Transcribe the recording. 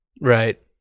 Right